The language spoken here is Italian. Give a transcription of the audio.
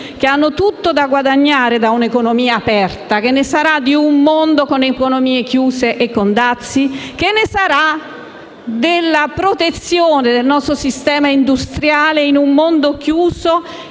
che hanno tutto da guadagnare da un'economia aperta. Che ne sarà di un mondo con economie chiuse e con dazi? Che ne sarà della protezione del nostro sistema industriale in un mondo chiuso?